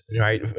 right